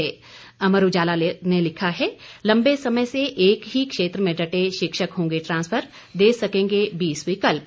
वहीं अमर उजाला ने लिखा है लंबे समय से एक ही क्षेत्र में डटे शिक्षक होंगे ट्रांसफर दे सकेंगे बीस विकल्प